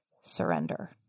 surrender